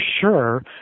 sure